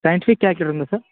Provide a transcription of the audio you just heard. scientific calculator ఉందా sir